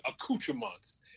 accoutrements